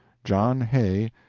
john hay,